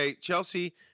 Chelsea